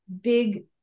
big